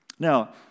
Now